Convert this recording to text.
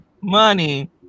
money